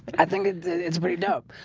i think it's pretty dope